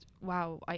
wow